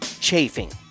chafing